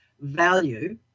value